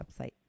website